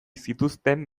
zituzten